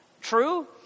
True